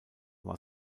war